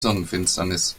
sonnenfinsternis